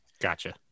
Gotcha